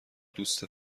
دوست